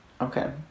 Okay